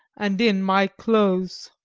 and in my clothes.